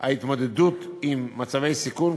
ועל התמודדות עם מצבי סיכון,